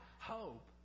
hope